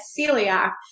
celiac